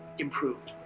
improved.